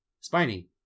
Spiny